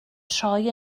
troi